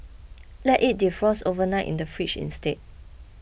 let it defrost overnight in the fridge instead